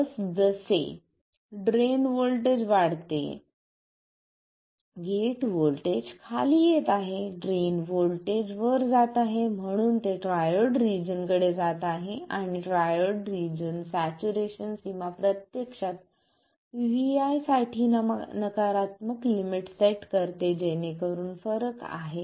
जसजसे drain voltage वाढते gate voltage खाली येत आहे ड्रेन व्होल्टेज वर जात आहे म्हणून ते ट्रायोड रिजन कडे जात आहे आणि ट्रायोड रिजन सॅच्युरेशन सीमा प्रत्यक्षात vi साठी नकारात्मक लिमिट सेट करते जेणेकरून फरक आहे